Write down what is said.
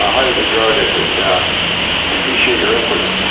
ah highly regarded and appreciate your efforts.